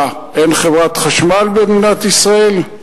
מה, אין חברת חשמל במדינת ישראל?